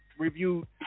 reviewed